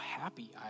happy